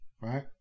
Right